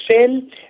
sin